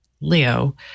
Leo